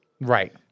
Right